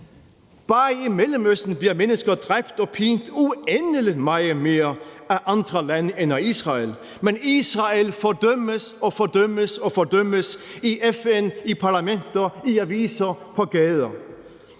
Bare i Mellemøsten bliver mennesker dræbt og pint uendelig meget mere af andre lande end af Israel, men Israel fordømmes og fordømmes – i FN, i parlamenter, i aviser, på gader.